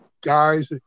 guys